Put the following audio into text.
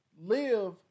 live